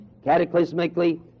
cataclysmically